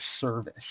service